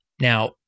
Now